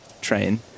train